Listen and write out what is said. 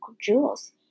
jewels